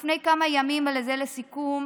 לפני כמה ימים, וזה לסיכום,